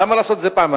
למה לעשות את זה פעמיים?